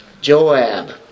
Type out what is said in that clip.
Joab